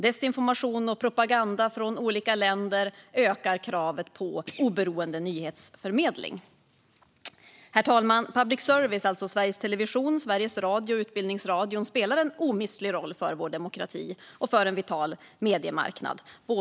Desinformation och propaganda från olika länder ökar kraven på oberoende nyhetsförmedling. Herr talman! Public service, alltså Sveriges Television, Sveriges Radio och Utbildningsradion, spelar en omistlig roll för vår demokrati och för en vital mediemarknad.